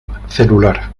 celular